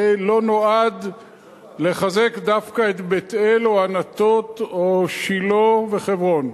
זה לא נועד לחזק דווקא את בית-אל או ענתות או את שילה וחברון.